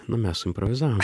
na mes suimprovizavom